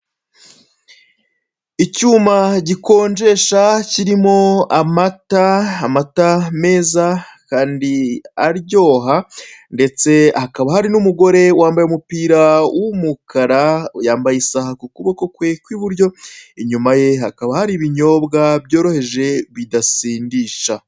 Icyuma gikonjesha kirimo amata, amata meza kandi aryoha ndetse hakaba hari umugore wambaye umupira w'umukara, yambaye isaha ku kuboko kwe kw'iburyo. Inyuma ye hakaba hari ibinyobwa byoroheje bidasindisha.